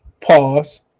Pause